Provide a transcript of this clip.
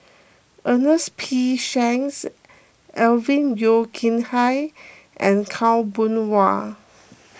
Ernest P Shanks Alvin Yeo Khirn Hai and Khaw Boon Wan